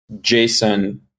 Jason